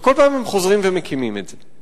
וכל פעם הם חוזרים ומקימים את זה.